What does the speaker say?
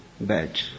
bad